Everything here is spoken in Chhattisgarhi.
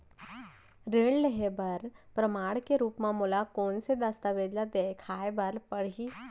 ऋण लिहे बर प्रमाण के रूप मा मोला कोन से दस्तावेज ला देखाय बर परही?